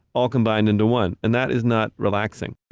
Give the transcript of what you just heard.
all combined into one, and that is not relaxing.